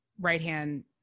right-hand